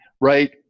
right